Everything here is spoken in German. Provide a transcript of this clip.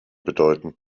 bedeuten